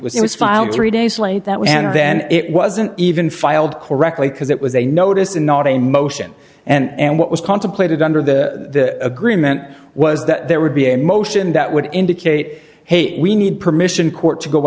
was it was filed three days late that was and then it wasn't even filed correctly because it was a notice and not a motion and what was contemplated under the agreement was that there would be a motion that would indicate hey we need permission court to go